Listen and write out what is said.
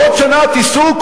בעוד שנה תיסעו,